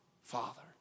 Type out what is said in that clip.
Father